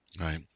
Right